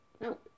No